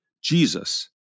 Jesus